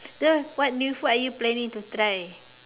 so what new food are you planning to try